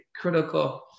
critical